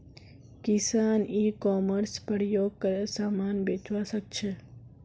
किसान e commerce प्रयोग करे समान बेचवा सकछे